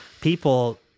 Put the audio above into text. people—